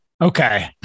okay